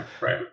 right